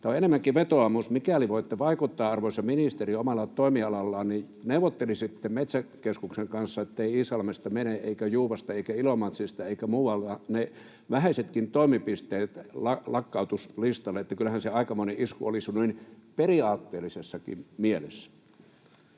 Tämä on enemmänkin vetoomus: Mikäli voitte vaikuttaa, arvoisa ministeri, omalla toimialallanne, neuvottelisitte Metsäkeskuksen kanssa, etteivät Iisalmesta eivätkä Juuasta eivätkä Ilomantsista eivätkä muualta mene vähäisetkin toimipisteet lakkautuslistalle. Kyllähän se aikamoinen isku olisi jo noin periaatteellisessakin mielessä.